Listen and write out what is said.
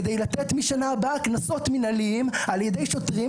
כדי לתת משנה הבאה קנסות מינהליים על ידי שוטרים.